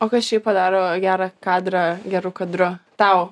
o kas šiaip padaro gerą kadrą geru kadru tau